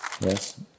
yes